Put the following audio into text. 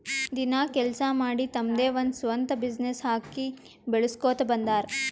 ದಿನ ಕೆಲ್ಸಾ ಮಾಡಿ ತಮ್ದೆ ಒಂದ್ ಸ್ವಂತ ಬಿಸಿನ್ನೆಸ್ ಹಾಕಿ ಬೆಳುಸ್ಕೋತಾ ಬಂದಾರ್